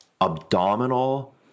abdominal